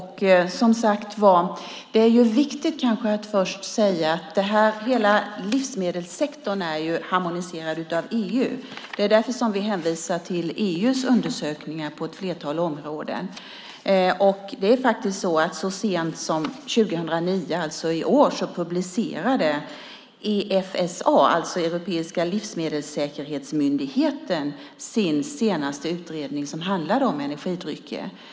Herr talman! Det är viktigt att först säga att hela livsmedelssektorn är harmoniserad av EU. Det är därför vi hänvisar till EU:s undersökningar på ett flertal områden. Så sent som 2009, alltså i år, publicerade Europeiska livsmedelssäkerhetsmyndigheten, Efsa, sin senaste utredning, som handlade om energidrycker.